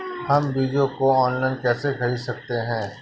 हम बीजों को ऑनलाइन कैसे खरीद सकते हैं?